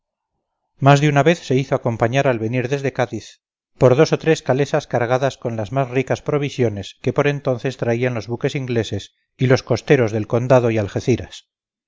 más de una vez se hizo acompañar al venir desde cádiz por dos o tres calesas cargadas con las más ricas provisiones que por entonces traían los buques ingleses y los costeros del condado y